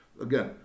again